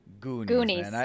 goonies